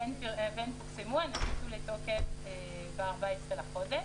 הן פורסמו ונכנסו לתוקף ב-14 בחודש.